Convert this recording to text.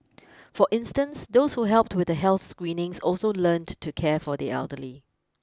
for instance those who helped with the health screenings also learnt to care for the elderly